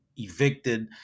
evicted